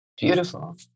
Beautiful